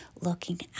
looking